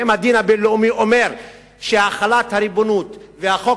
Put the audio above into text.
ואם הדין הבין-לאומי אומר שהחלת הריבונות והחוק